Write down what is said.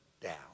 down